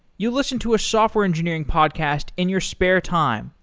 you listen to a software engineering podcast in your spare time,